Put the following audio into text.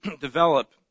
develop